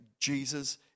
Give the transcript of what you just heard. Jesus